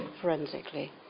forensically